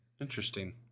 Interesting